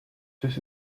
this